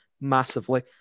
massively